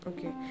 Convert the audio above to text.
Okay